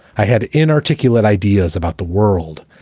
i had inarticulate ideas about the world,